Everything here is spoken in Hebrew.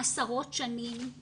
עשרות שנים,